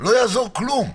לא יעזור כלום.